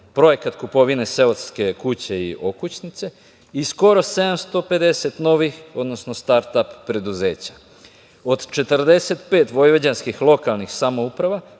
projekat kupovine seoske kuće i okućnice, i skoro 750 novih, odnosno start-ap preduzeća. Od 45 vojvođanskih lokalnih samouprava